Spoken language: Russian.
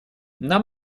нам